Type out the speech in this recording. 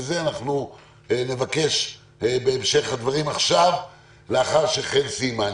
אנחנו נבקש בהמשך הדברים עכשיו לאחר שחן סיימה.